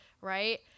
right